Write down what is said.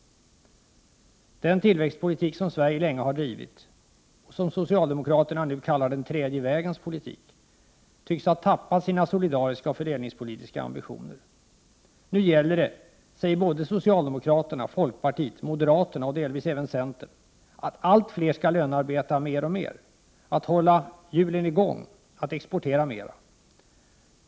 Den tillväxtpolitik som Sverige länge har drivit och som socialdemokraterna nu kallar den tredje vägens politik tycks ha tappat sina solidariska och fördelningspolitiska ambitioner. Nu gäller det, säger socialdemokraterna, folkpartiet, moderaterna och delvis även centern, att allt fler skall lönearbeta mer och mer, att hålla hjulen i gång och att exportera mera.